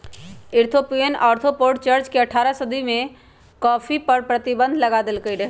Ethiopian orthodox church ने अठारह सदी में कॉफ़ी पर प्रतिबन्ध लगा देलकइ रहै